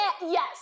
yes